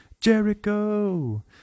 Jericho